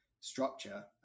structure